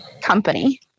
company